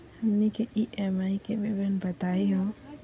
हमनी के ई.एम.आई के विवरण बताही हो?